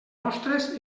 mostres